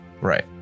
Right